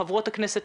לחברות הכנסת,